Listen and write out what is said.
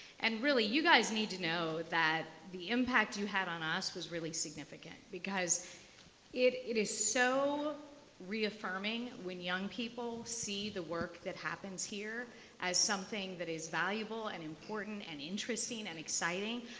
and really you guys need to know that the impact you had on us was really significant because it it is so reaffirming when young people see the work that happens here as something that is valuable and important and interesting and exciting.